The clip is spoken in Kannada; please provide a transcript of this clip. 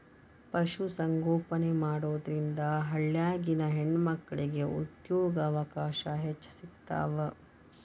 ಪಶು ಸಂಗೋಪನೆ ಮಾಡೋದ್ರಿಂದ ಹಳ್ಳ್ಯಾಗಿನ ಹೆಣ್ಣಮಕ್ಕಳಿಗೆ ಉದ್ಯೋಗಾವಕಾಶ ಹೆಚ್ಚ್ ಸಿಗ್ತಾವ